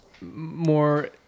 more